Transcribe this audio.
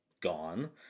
gone